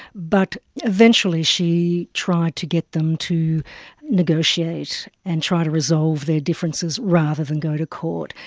but eventually she tried to get them to negotiate and try to resolve their differences rather than go to court.